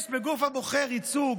יש בגוף הבוחר ייצוג.